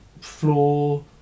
floor